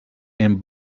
and